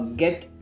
get